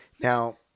Now